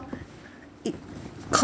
it